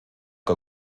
qué